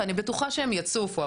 שאני בטוחה שעוד יצופו,